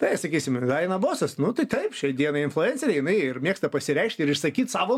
tai sakysim ir daina bosas nu tai taip šiai dienai influenceriai jinai mėgsta ir pasireikšti ir išsakyt savo